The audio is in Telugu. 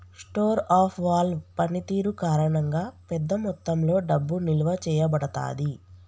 స్టోర్ ఆఫ్ వాల్వ్ పనితీరు కారణంగా, పెద్ద మొత్తంలో డబ్బు నిల్వ చేయబడతాది